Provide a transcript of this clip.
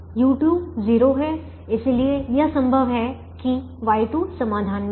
u2 0 है इसलिए यह संभव है कि Y2 समाधान में है